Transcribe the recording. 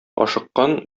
ашыккан